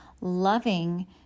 loving